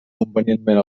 convenientment